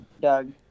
Doug